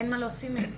אין כבר מה להוציא מהן.